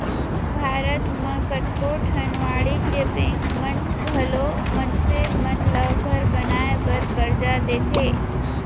भारत म कतको ठन वाणिज्य बेंक मन घलौ मनसे मन ल घर बनाए बर करजा देथे